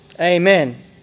Amen